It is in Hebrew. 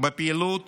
בפעילות